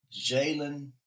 Jalen